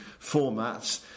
formats